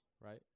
right